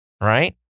right